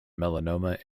melanoma